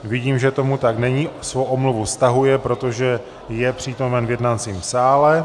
Vidím, že tomu tak není, svou omluvu stahuje, protože je přítomen v jednacím sále.